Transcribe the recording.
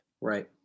Right